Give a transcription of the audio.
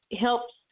helps